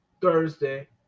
Thursday